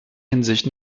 hinsicht